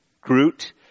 Groot